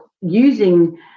using